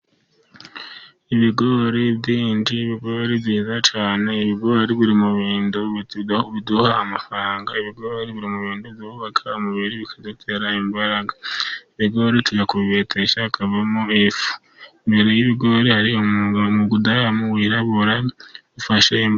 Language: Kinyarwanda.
Ibigori byinshi, ibigori byiza cyane, ibigori biri mu bintu biduha amafaranga, ibigori biri mu bintu byubaka umubiri bikadutera imbaraga, ibigori tujya kubibetesha hakavamo ifu, imbere y'ibigori hari umudamu wirabura ufashe.